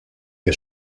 que